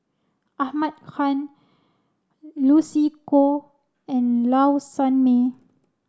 Ahmad Khan Lucy Koh and Low Sanmay